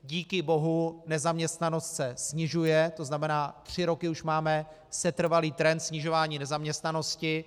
Díky bohu nezaměstnanost se snižuje, tzn. tři roky už máme setrvalý trend snižování nezaměstnanosti.